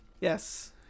Yes